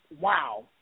Wow